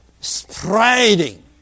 spreading